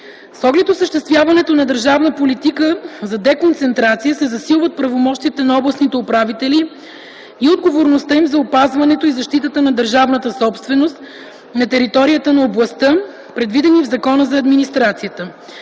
С оглед осъществяването на държавна политика за деконцентрация се засилват правомощията на областните управители и отговорността им за опазването и защитата на държавната собственост на територията на областта, предвидени в Закона за администрацията.